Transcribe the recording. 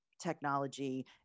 technology